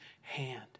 hand